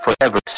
forever